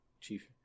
chief